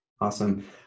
Awesome